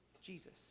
Jesus